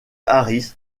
harris